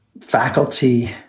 faculty